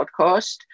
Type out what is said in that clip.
podcast